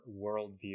worldview